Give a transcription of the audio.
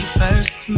first